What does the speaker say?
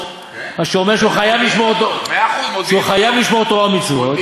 מה שאומר שהוא חייב לשמור את תורה ומצוות.